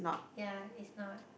yea it's not